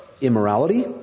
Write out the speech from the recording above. immorality